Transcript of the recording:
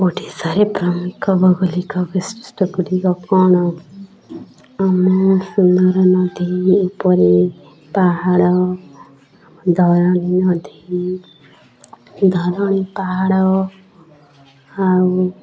ଓଡ଼ିଶାରେ ପ୍ରମୁଖ ଭୌଗୌଳିକ ବିଶିଷ୍ଠଗୁଡ଼ିକ କ'ଣ ଆମ ସୁନ୍ଦର ନଦୀ ଉପରେ ପାହାଡ଼ ଧରଣୀ ନଦୀ ଧରଣୀ ପାହାଡ଼ ଆଉ